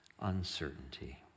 uncertainty